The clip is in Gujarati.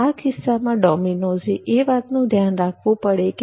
આ કિસ્સામાં ડોમિનોઝે એ વાતનુ ધ્યાન રાખવું પડે છે